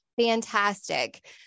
fantastic